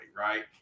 right